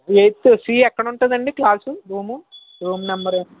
eighth C ఎక్కడ ఉంటుందండి class room room number